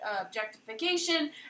objectification